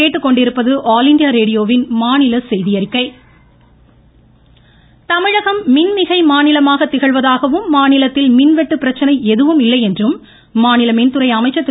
பிடதங்கமணி தமிழகம் மின் மிகை மாநிலமாக திகழ்வதாகவும் மாநிலத்தில் மின்வெட்டு பிரச்சனை எதுவும் இல்லையென்றும் மாநில மின்துறை அமைச்சர் திரு